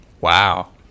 wow